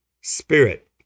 spirit